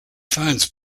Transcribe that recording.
finds